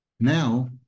Now